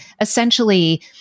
essentially